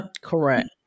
Correct